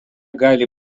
gali